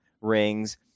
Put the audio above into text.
rings